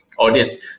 audience